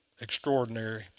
extraordinary